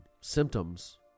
symptoms